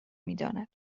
میداند